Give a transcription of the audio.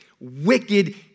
wicked